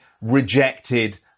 rejected